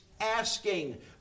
asking